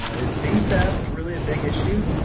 is bee theft really a big issue?